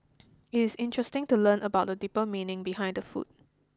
it is interesting to learn about the deeper meaning behind the food